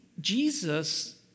Jesus